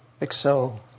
Excel